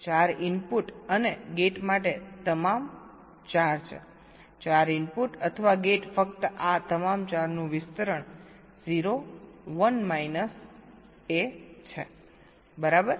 4 input અને gate માટે તમામ 4 છે 4 ઇનપુટ અથવા ગેટ ફક્ત આ તમામ 4 નું વિસ્તરણ 0 1 માઇનસ એ છે બરાબર